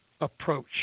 approach